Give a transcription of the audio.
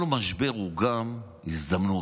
כל משבר הוא גם הזדמנות.